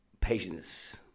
Patience